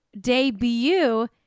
debut